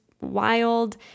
wild